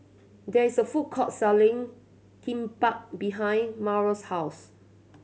there is a food court selling Kimbap behind Mario's house